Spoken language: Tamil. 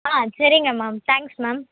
ஆ சரிங்க மேம் தேங்ஸ் மேம்